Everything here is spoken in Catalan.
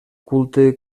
culte